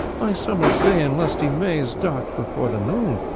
my summer's day in lusty may is darked before the noon.